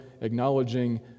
acknowledging